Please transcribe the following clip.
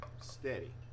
steady